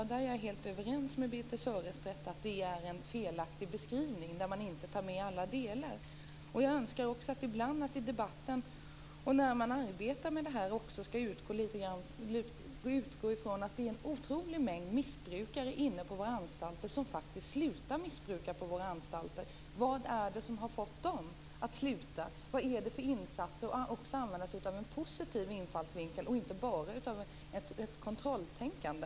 Jag är helt överens med Birthe Sörestedt om att det är en felaktig beskrivning där man inte tar med alla delar. Jag önskar också att man ibland i debatten och när man arbetar med detta skall utgå ifrån att det är en otrolig mängd missbrukare inne på våra anstalter som faktiskt slutar missbruka där. Vad är det som har fått dem att sluta? Vad är det för insatser som lett till det? Man borde också använda sig av en positiv infallsvinkel och inte bara av ett kontrolltänkande.